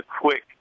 quick